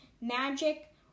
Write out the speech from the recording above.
Magic